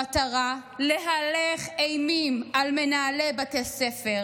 המטרה היא להלך אימים על מנהלי בתי ספר,